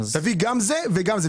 תביא גם זה וגם זה,